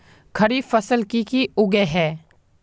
खरीफ फसल की की उगैहे?